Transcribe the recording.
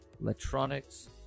electronics